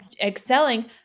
excelling